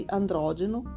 androgeno